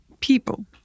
people